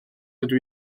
dydw